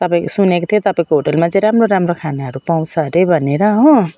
तपाईँको सुनेको थिएँ तपाईँको होटेलमा चाहिँ राम्रो राम्रो खानाहरू पाउँछ अरे भनेर हो